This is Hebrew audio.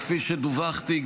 כפי שדווחתי,